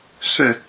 sit